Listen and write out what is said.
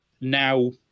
now